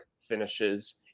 finishes